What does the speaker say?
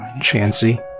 chancy